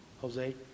Jose